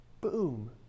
boom